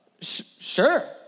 Sure